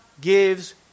gives